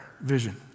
vision